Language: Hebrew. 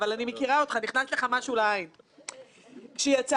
אמיתית של מחזיקי עניין ואינטרס משותף רחב